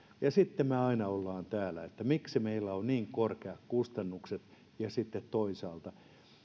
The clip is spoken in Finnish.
ja sitten me aina olemme täällä että miksi meillä on niin korkeat kustannukset ja sitten toisaalta